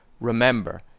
Remember